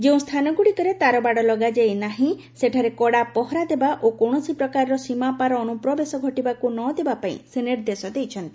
ଯେଉଁ ସ୍ଥାନଗୁଡ଼ିକରେ ତାରବାଡ଼ ଲଗାଯାଇ ନାହିଁ ସେଠାରେ କଡ଼ା ପହରା ଦେବା ଓ କୌଣସି ପ୍ରକାରର ସୀମାପାର୍ ଅନୁପ୍ରବେଶ ଘଟିବାକୁ ନ ଦେବାପାଇଁ ସେ ନିର୍ଦ୍ଦେଶ ଦେଇଛନ୍ତି